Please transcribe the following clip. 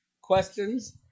questions